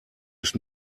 ist